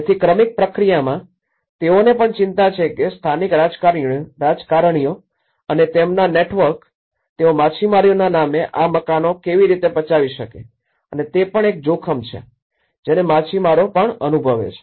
તેથી ક્રમિક પ્રક્રિયામાં તેઓને પણ ચિંતા છે કે સ્થાનિક રાજકારણીઓ અને તેમના નેટવર્ક તેઓ માછીમારોના નામે આ મકાનો કેવી રીતે પચાવી શકે તે પણ એક જોખમ છે જેને માછીમારો પણ અનુભવે છે